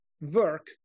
work